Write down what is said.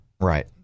right